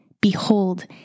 Behold